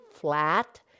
flat